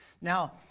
Now